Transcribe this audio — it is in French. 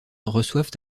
reçoivent